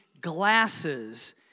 glasses